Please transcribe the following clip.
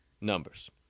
numbers